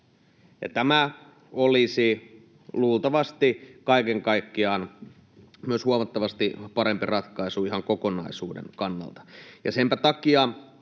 Tämä olisi luultavasti kaiken kaikkiaan myös huomattavasti parempi ratkaisu ihan kokonaisuuden kannalta. Ja senpä takia